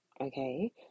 okay